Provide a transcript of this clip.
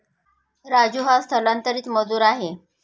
राजू हा स्थलांतरित मजूर आहे